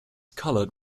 colored